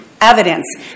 evidence